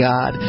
God